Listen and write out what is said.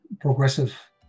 progressive